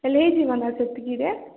ହେଲେ ହେଇଯିବ ନା ସେତିକିରେ